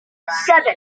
seven